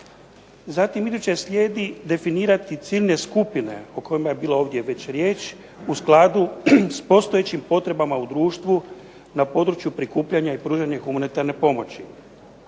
rečeni. A isto tako i ciljne skupine u skladu sa postojećim potrebama u društvu na području prikupljanja i pružanja humanitarne pomoći.